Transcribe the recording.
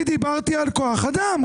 אני דיברתי על כוח אדם.